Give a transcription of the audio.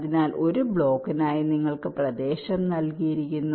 അതിനാൽ ഒരു ബ്ലോക്കിനായി നിങ്ങൾക്ക് പ്രദേശം നൽകിയിരിക്കുന്നു